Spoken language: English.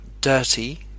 dirty